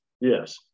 Yes